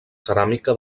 ceràmica